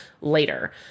later